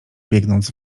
biegnąc